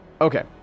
Okay